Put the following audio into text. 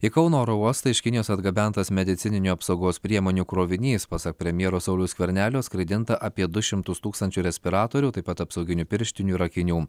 į kauno oro uostą iš kinijos atgabentas medicininių apsaugos priemonių krovinys pasak premjero sauliaus skvernelio skraidinta apie du šimtus tūkstančių respiratorių taip pat apsauginių pirštinių ir akinių